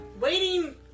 Waiting